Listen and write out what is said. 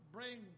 Bring